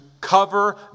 cover